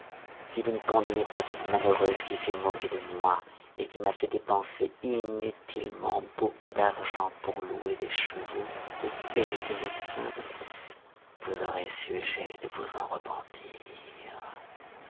si vous ne condamnez pas cette malheureuse qui s'est moquée de moi et qui m'a fait dépenser inutilement beaucoup d'argent pour louer des chevaux et payer des médecins vous aurez sujet de vous en repentir